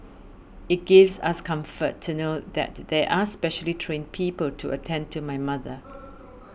it gives us comfort to know that there are specially trained people to attend to my mother